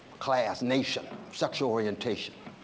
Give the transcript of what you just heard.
class, nation, sexual orientation,